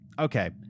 okay